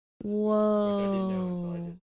Whoa